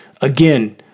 Again